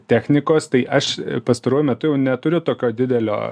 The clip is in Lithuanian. technikos tai aš pastaruoju metu jau neturiu tokio didelio